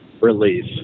release